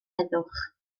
heddwch